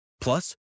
Plus